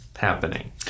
happening